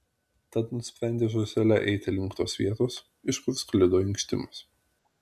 tad nusprendė žąsele eiti link tos vietos iš kur sklido inkštimas